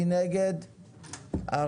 הצבעה הרוויזיה לא אושרה.